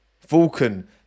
Vulcan